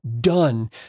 done